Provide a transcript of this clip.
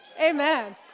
Amen